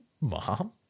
mom